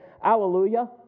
hallelujah